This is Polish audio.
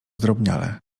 zdrobniale